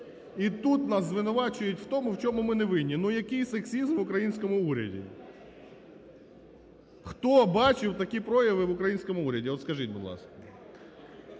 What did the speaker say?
і тут нас звинувачують в тому, в чому ми не винні. Ну який сексизм в українському уряді? Хто бачив такі прояви в українському уряді, от скажіть, будь ласка?